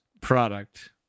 product